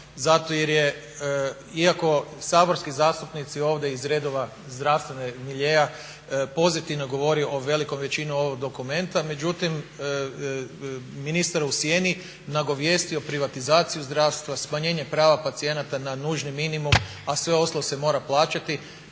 zato jer je iako saborski zastupnici iz redova zdravstvenog miljea pozitivno govori velikom većinom o ovom dokumentu, međutim ministar u sjedni nagovijestio privatizaciju zdravstva, smanjenje prava pacijenata na nužni minimum, a sve ostalo se mora plaćati.